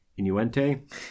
Inuente